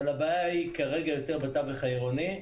אבל הבעיה היא כרגע יותר בתווך העירוני.